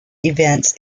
events